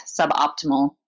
suboptimal